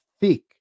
thick